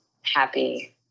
happy